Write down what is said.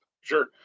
Sure